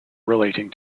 relating